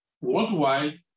worldwide